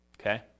okay